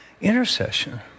intercession